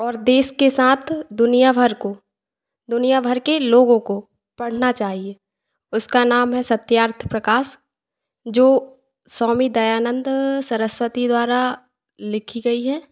और देश के साथ दुनियाभर को दुनियाभर के लोगों को पढ़ना चाहिए उसका नाम है सत्यार्थ प्रकाश जो स्वामी दयानंद सरस्वती द्वारा लिखी गई है